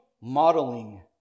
modeling